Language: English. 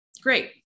great